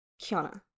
Kiana